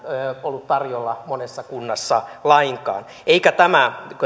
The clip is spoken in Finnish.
ollut tarjolla monessa kunnassa lainkaan